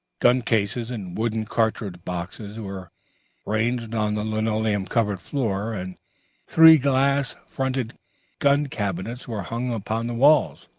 gun-cases and wooden cartridge-boxes were ranged on the linoleum-covered floor, and three glass-fronted gun-cabinets were hung upon the walls.